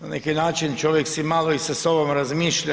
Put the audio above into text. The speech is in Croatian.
Na neki način čovjek si mali i sa sobom razmišlja.